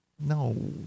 No